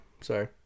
Sorry